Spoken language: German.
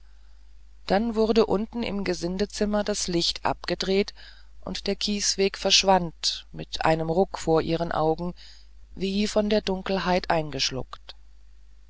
dann wurde unten im gesindezimmer das licht abgedreht und der kiesweg verschwand mit einem ruck vor ihren augen wie von der dunkelheit eingeschluckt